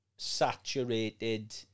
Saturated